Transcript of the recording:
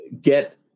get